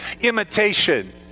imitation